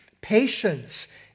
patience